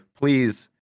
please